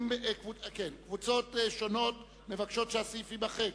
כהצעת הוועדה, נתקבל.